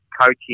coaching